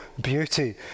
beauty